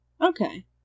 okay